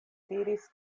diris